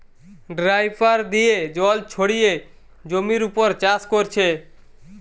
dripper দিয়ে জল ছড়িয়ে জমির উপর চাষ কোরছে